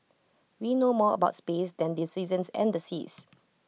we know more about space than the seasons and the seas